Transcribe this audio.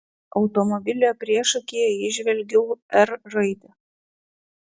automobilio priešakyje įžvelgiau r raidę